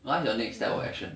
what's your next that of action